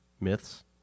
myths